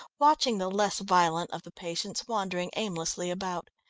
watching the less violent of the patients wandering aimlessly about.